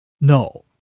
No